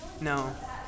No